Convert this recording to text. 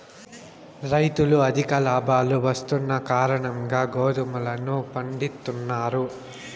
రైతులు అధిక లాభాలు వస్తున్న కారణంగా గోధుమలను పండిత్తున్నారు